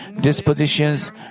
dispositions